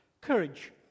Courage